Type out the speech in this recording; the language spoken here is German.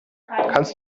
kannst